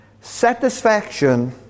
Satisfaction